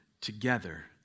together